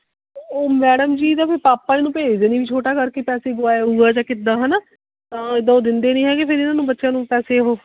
ਉਹ ਮੈਡਮ ਜੀ ਇਹਦਾ ਫਿਰ ਪਾਪਾ ਇਹਨੂੰ ਭੇਜਦੇ ਨਹੀਂ ਵੀ ਛੋਟਾ ਕਰਕੇ ਪੈਸੇ ਗੁਆ ਆਉਗਾ ਜਾਂ ਕਿੱਦਾਂ ਹੈ ਨਾ ਤਾਂ ਇੱਦਾਂ ਉਹ ਦਿੰਦੇ ਨਹੀਂ ਹੈਗੇ ਫਿਰ ਇਹਨਾਂ ਨੂੰ ਬੱਚਿਆਂ ਨੂੰ ਪੈਸੇ ਉਹ